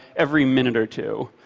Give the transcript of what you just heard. every minute or two,